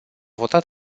votat